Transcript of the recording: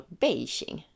beijing